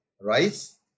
rice